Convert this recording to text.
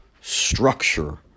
structure